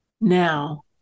Now